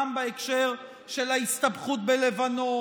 גם בהקשר של ההסתבכות בלבנון,